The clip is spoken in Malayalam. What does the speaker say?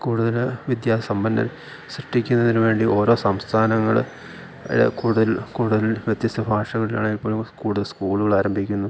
കൂടുതൽ വിദ്യാസമ്പന്നരെ സൃഷ്ടിക്കുന്നതിനു വേണ്ടി ഓരോ സംസ്ഥാനങ്ങൾ ഇവിടെ കൂടുതൽ കൂടുതൽ വ്യത്യസ്ഥ ഭാഷകളിൽ ആണെങ്കിൽപ്പോലും കൂടുതൽ സ്കൂളുകൾ ആരംഭിക്കുന്നു